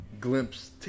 glimpse